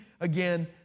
again